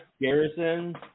Garrison